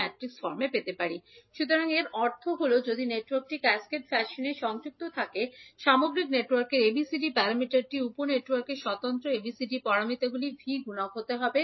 আমরা পেতে সুতরাং এর অর্থ হল যদি নেটওয়ার্কটি ক্যাসকেড ফ্যাশনে সংযুক্ত থাকে সামগ্রিক নেটওয়ার্কের ABCD প্যারামিটারটি উপ নেটওয়ার্কগুলির স্বতন্ত্র ABCD প্যারামিটারগুলির V গুণক হতে পারে